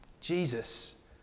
Jesus